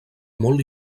molt